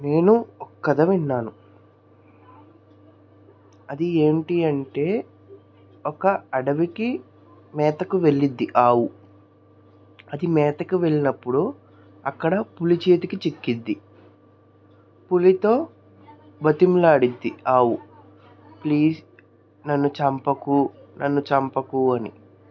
నేను కథ విన్నాను అది ఏమిటీ అంటే ఒక అడవికి మేతకు వెళ్ళిద్ది ఆవు అది మేతకు వెళ్ళినప్పుడు అక్కడ పులి చేతికి చిక్కిద్ది పులితో బతిమిలాడిద్ది ఆవు ప్లీజ్ నన్ను చంపకు నన్ను చంపకు అని